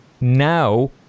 now